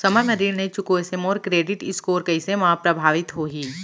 समय म ऋण नई चुकोय से मोर क्रेडिट स्कोर कइसे म प्रभावित होही?